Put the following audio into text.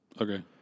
Okay